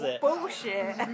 bullshit